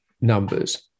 numbers